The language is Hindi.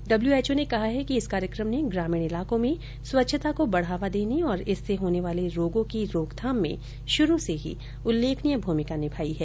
डब्ल्यूएचओ ने कहा है कि इस कार्यक्रम ने ग्रामीण इलाकों में स्वच्छता को बढावा देने और इससे होने वाले रोगों की रोकथाम में शुरू से ही उल्लेखनीय भूमिका निभाई है